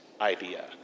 idea